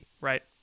right